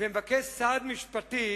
ומבקש סעד משפטי